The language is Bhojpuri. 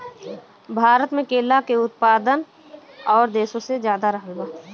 भारत मे केला के उत्पादन और देशो से ज्यादा रहल बा